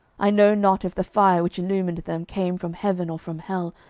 i know not if the fire which illumined them came from heaven or from hell,